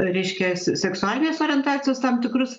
reiškia s seksualinės orientacijos tam tikrus